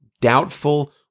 doubtful